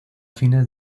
fines